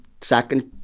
second